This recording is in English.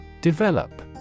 Develop